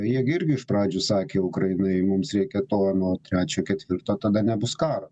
jie gi irgi iš pradžių sakė ukrainai mums reikia to ano trečio ketvirto tada nebus karo